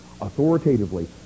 authoritatively